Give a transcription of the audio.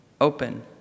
open